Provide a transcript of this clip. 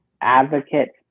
advocates